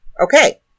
Okay